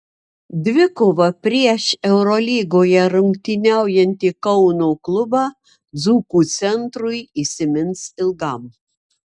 dvikova prieš eurolygoje rungtyniaujantį kauno klubą dzūkų centrui įsimins ilgam